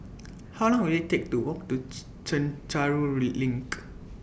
How Long Will IT Take to Walk to Chencharu LINK